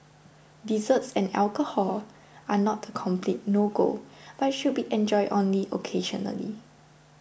desserts and alcohol are not a complete no go but should be enjoyed only occasionally